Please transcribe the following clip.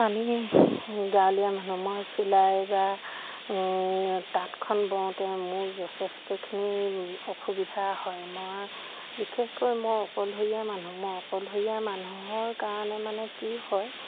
আমি গাঁৱলীয়া মানুহ মই চিলাই বা তাঁতখন বওঁতে মোৰ যথেষ্টখিনি অসুবিধা হয় মই বিশেষকৈ মোৰ অকলশৰীয়া মানুহ মই অকলশৰীয়া মানুহৰ কাৰণে মানে কি হয়